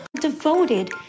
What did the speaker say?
devoted